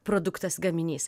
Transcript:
produktas gaminys